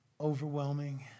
overwhelming